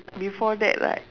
before that right